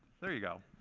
there you go.